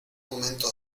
momento